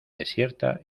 desierta